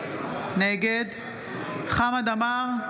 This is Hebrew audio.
נגד חמד עמאר,